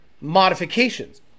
modifications